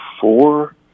four